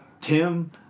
Tim